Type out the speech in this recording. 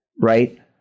right